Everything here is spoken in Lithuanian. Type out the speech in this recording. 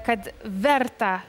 kad verta